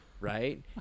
right